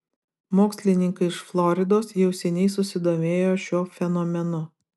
mokslininkai iš floridos jau seniai susidomėjo šiuo fenomenu